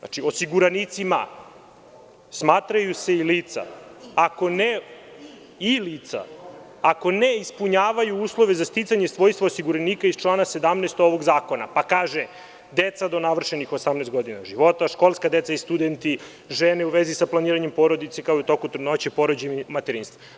Dakle, osiguranicima se smatraju i lica ako ne ispunjavaju uslove za sticanje svojstva osiguranika iz člana 17. ovog zakona, pa kaže – deca do navršenih 18 godina života, školska deca i studenti, žene u vezi sa planiranjem porodice, kao i u toku trudnoće, porođaja i materinstva.